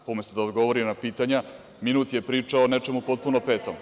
Umesto da odgovori na pitanja, minut je pričao o nečemu potpuno petom.